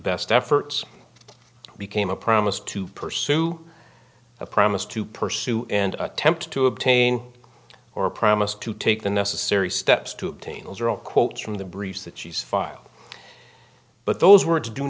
best efforts became a promise to pursue a promise to pursue and attempt to obtain or promise to take the necessary steps to obtain those are all quotes from the briefs that she's filed but those words do